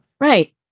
Right